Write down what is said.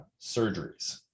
surgeries